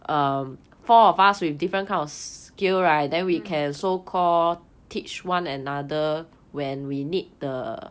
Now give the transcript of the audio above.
mm